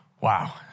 Wow